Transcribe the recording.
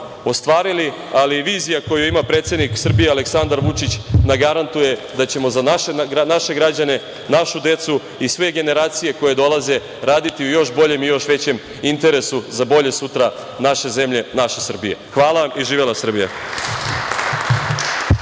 ostvarili, ali i vizija koju ima predsednik Srbije Aleksandar Vučić, nam garantuje da ćemo za naše građane, našu decu i sve generacije koje dolaze raditi u još bolje i još većem interesu za bolje sutra naše zemlje, naše Srbije. Hvala vam, i živela Srbija!